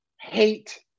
hate